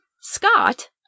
Scott